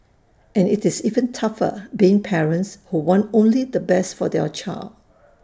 and it's even tougher being parents who want only the best for their child